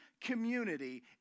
community